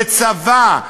וצבא,